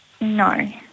No